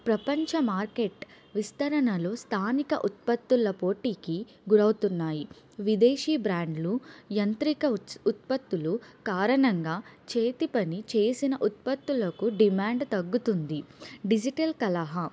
ప్రపంచ మార్కెట్ విస్తరణలో స్థానిక ఉత్పత్తుల పోటీకి గురవుతున్నాయి విదేశీ బ్రాండ్లు యంత్రిక ఉత్ ఉత్పత్తులు కారణంగా చేతి పని చేసిన ఉత్పత్తులకు డిమాండ్ తగ్గుతుంది డిజిటల్ కళహా